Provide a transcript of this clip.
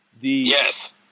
Yes